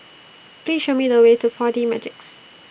Please Show Me The Way to four D Magix